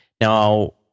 Now